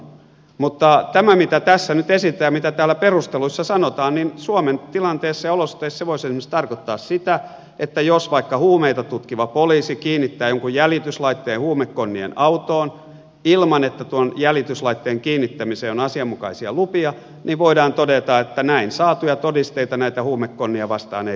mutta tämä mitä tässä nyt esitetään ja mitä täällä perusteluissa sanotaan suomen tilanteessa ja olosuhteissa voisi tarkoittaa esimerkiksi sitä että jos vaikka huumeita tutkiva poliisi kiinnittää jonkun jäljityslaitteen huumekonnien autoon ilman että tuon jäljityslaitteen kiinnittämiseen on asianmukaisia lupia niin voidaan todeta että näin saatuja todisteita näitä huumekonnia vastaan ei saa käyttää